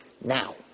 now